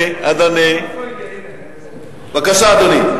בבקשה, אדוני.